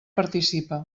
participa